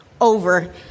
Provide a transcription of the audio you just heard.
over